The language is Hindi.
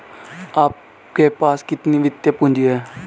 आपके पास कितनी वित्तीय पूँजी है?